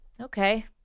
Okay